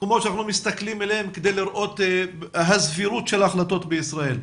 --- שאנחנו מסתכלים עליהם כדי לראות את הסבירות של ההחלטות בישראל.